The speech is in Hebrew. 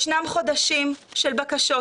ישנם חודשים של בקשות,